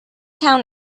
town